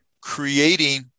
creating